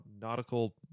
Nautical